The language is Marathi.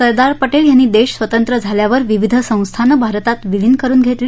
सरदार पटेल यांनी देश स्वतंत्र झाल्यावर विविध संस्थानं भारतात विलीन करून घेतली